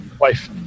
Wife